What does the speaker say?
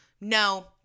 no